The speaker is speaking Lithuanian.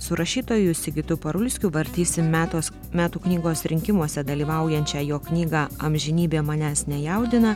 su rašytoju sigitu parulskiu vartysim metos metų knygos rinkimuose dalyvaujančią jo knygą amžinybė manęs nejaudina